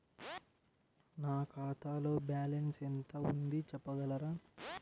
నా ఖాతాలో బ్యాలన్స్ ఎంత ఉంది చెప్పగలరా?